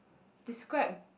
describe